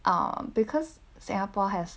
um because singapore has